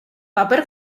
paper